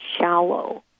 shallow